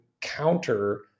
counter